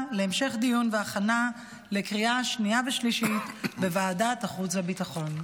להמשך דיון והכנה לקריאה שנייה ושלישית בוועדת החוץ והביטחון.